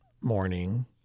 morning